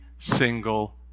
single